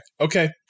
okay